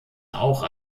auch